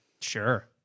sure